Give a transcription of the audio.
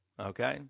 Okay